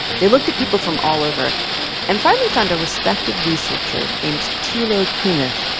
they looked at people from all over and finally found a respected researcher named tilo kunath,